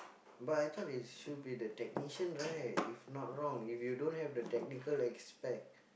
but I thought it should be the technician right if not wrong if you don't have the technical aspect